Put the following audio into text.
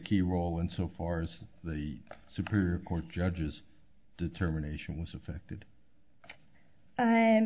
key role and so far as the superior court judges determination was affected i